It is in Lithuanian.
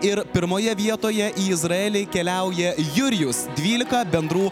ir pirmoje vietoje į izraelį keliauja jurijus dvylika bendrų